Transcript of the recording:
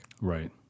Right